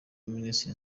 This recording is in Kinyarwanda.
minisitiri